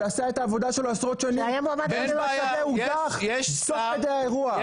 שעשה את העבודה שלו עשרות שנים הודח תוך כדי האירוע.